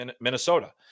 Minnesota